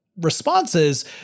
responses